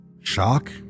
Shock